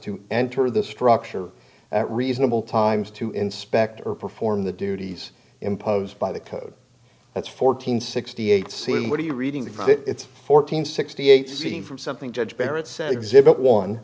to enter the structure at reasonable times to inspect or perform the duties imposed by the code that's fourteen sixty eight saying what are you reading that it's fourteen sixty eight seen from something judge barrett's exhibit one